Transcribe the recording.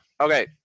okay